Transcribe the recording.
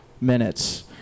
minutes